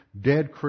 dead